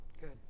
Good